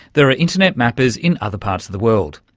there are internet mappers in other parts of the world.